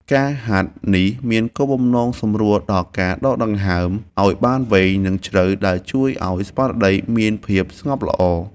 ការហាត់ប្រាណនេះមានគោលបំណងសម្រួលដល់ការដកដង្ហើមឱ្យបានវែង និងជ្រៅ ដែលជួយឱ្យស្មារតីមានភាពស្ងប់ល្អ។